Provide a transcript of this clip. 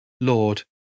Lord